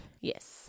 Yes